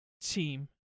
team